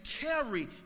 carry